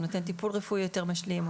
הוא נותן טיפול רפואי יותר משלים,